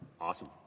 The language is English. awesome